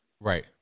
Right